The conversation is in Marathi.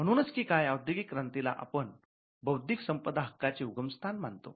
म्हणूनच की काय औद्योगिक क्रांतीला आपण बौद्धिक संपदा हक्काचे उगमस्थान मानतो